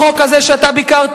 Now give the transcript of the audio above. החוק הזה, שאתה ביקרת,